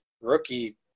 rookie